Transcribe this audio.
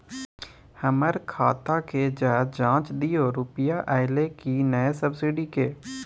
हमर खाता के ज जॉंच दियो रुपिया अइलै की नय सब्सिडी के?